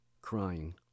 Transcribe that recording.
crying